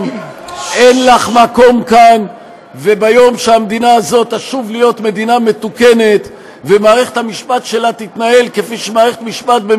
תומך במי שקורא על שמם רחובות,